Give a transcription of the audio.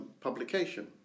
publication